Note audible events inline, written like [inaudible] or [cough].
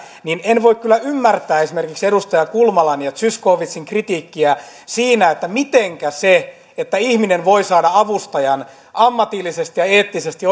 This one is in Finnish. niin en voi kyllä ymmärtää esimerkiksi edustaja kulmalan ja zyskowiczin kritiikkiä mitenkä se että ihminen voi saada ammatillisesti ja eettisesti [unintelligible]